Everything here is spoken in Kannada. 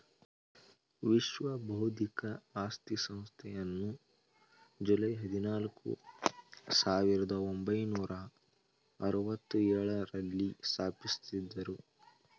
ವಿಶ್ವ ಬೌದ್ಧಿಕ ಆಸ್ತಿ ಸಂಸ್ಥೆಯನ್ನು ಜುಲೈ ಹದಿನಾಲ್ಕು, ಸಾವಿರದ ಒಂಬೈನೂರ ಅರವತ್ತ ಎಳುರಲ್ಲಿ ಸ್ಥಾಪಿಸಿದ್ದರು